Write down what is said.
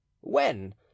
When